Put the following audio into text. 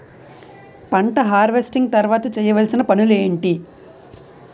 పంట హార్వెస్టింగ్ తర్వాత చేయవలసిన పనులు ఏంటి?